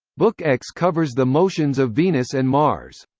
book x covers the motions of venus and mars.